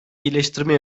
iyileştirme